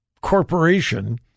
Corporation